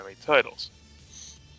titles